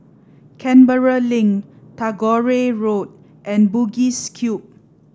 Canberra Link Tagore Road and Bugis Cube